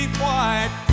white